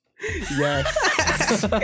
Yes